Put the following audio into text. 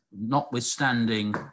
notwithstanding